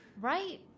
right